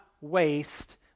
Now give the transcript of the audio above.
waste